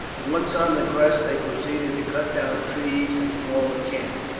once on the crest they proceeded to cut down trees and form a camp.